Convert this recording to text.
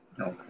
Okay